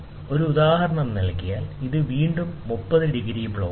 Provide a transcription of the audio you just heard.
ഒരു ഉദാഹരണം നൽകിയാൽ ഇത് വീണ്ടും 30 ഡിഗ്രി ബ്ലോക്കാണ്